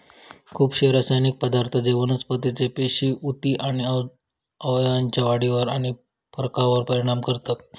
खुपशे रासायनिक पदार्थ जे वनस्पतीचे पेशी, उती आणि अवयवांच्या वाढीवर आणि फरकावर परिणाम करतत